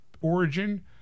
origin